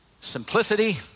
simplicity